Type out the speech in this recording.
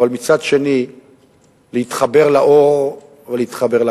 אבל מצד שני להתחבר לאור ולהתחבר לקדמה.